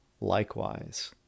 likewise